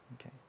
Okay